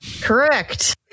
correct